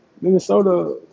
Minnesota